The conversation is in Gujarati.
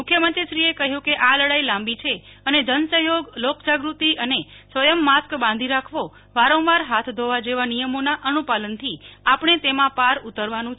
મુખ્યમંત્રીશ્રીએ કહ્યું કે આ લડાઇ લાંબી છે અને જનસહયોગ લોકજાગૃતિ અને સ્વયં માસ્ક બાંધી રાખવો વારંવાર હાથ ધોવા જેવા નિથમોના અનુપાલનથી આપણે તેમાં પાર ઉતરવાનું છે